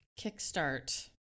kickstart